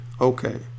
Okay